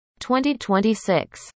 2026